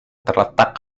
terletak